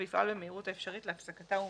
ויפעל במהירות האפשרית להפסקתה ומניעתה".